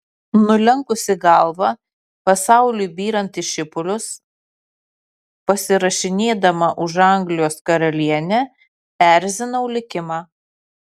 nulenkusi galvą pasauliui byrant į šipulius pasirašinėdama už anglijos karalienę erzinau likimą